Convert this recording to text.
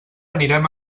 anirem